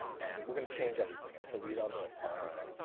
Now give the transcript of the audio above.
and we're going to change everything, and so we don't go, alright.